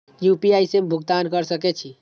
UPI से भुगतान क सके छी?